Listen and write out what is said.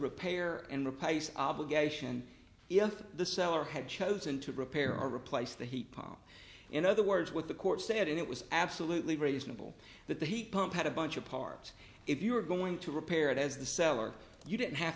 repair and replace obligation if the seller had chosen to repair or replace the heat pump in other words what the court said it was absolutely reasonable that the heat pump had a bunch of parts if you were going to repair it as the seller you didn't have